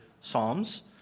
psalms